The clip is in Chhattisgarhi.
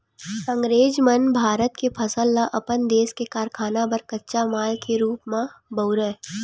अंगरेज मन भारत के फसल ल अपन देस के कारखाना बर कच्चा माल के रूप म बउरय